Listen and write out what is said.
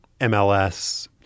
MLS